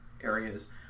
areas